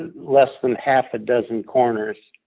and less than half a dozen corners